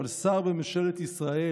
אבל שר בממשלת ישראל,